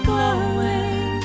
Glowing